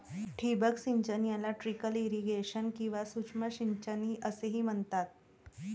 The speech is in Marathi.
ठिबक सिंचन याला ट्रिकल इरिगेशन किंवा सूक्ष्म सिंचन असेही म्हणतात